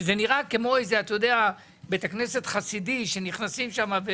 זה נראה כמו בית כנסת חסידי, שנכנסים אליו.